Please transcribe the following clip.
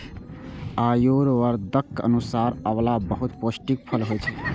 आयुर्वेदक अनुसार आंवला बहुत पौष्टिक फल होइ छै